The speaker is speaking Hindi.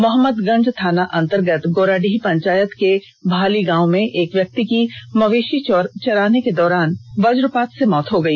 मोहमदगंज थाना अंतर्गत गोराडीह पंचायत के भाली गांव में एक व्यक्ति की मवेषी चराने के दौरान शुक्रवार को सुबह वजपात से मौत हो गई